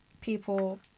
people